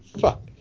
fuck